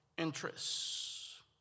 interests